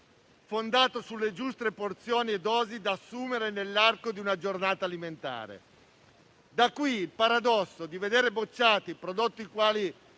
fondato sulle giuste porzioni e dosi da assumere nell'arco di una giornata alimentare. Da qui il paradosso di vedere bocciati prodotti quali